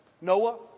Noah